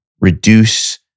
reduce